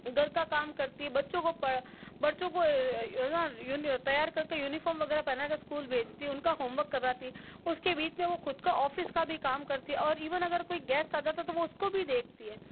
घर का काम करती है बच्चों को पढ़ बच्चों को तैयार करके यूनिफॉर्म वगैरह पहना के स्कूल भेजती है उनका होमवर्क करवाती है उसके बीच में वह ख़ुद का ऑफिस का भी काम करती है और ईवन अगर कोई गेस्ट आ जाता हैं तो वह उसको भी देखती हैं